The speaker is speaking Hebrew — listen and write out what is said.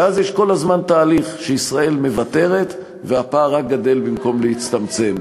ואז יש כל הזמן תהליך שישראל מוותרת והפער רק גדל במקום להצטמצם.